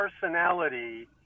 personality